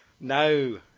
No